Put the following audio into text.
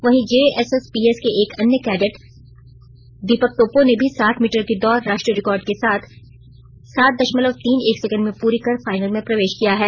वहीं जेएसएसपीएस के एक अन्य कैडेट दीपक टोप्पो ने भी साठ मीटर की दौड राष्ट्रीय रिकार्ड के साथ सात दशमलव तीन एक सेंकेंड में पूरी कर फाइनल में प्रवेश किया है